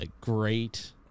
great